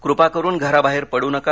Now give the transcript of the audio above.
कृपा करून घराबाहेर पडू नका